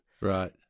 Right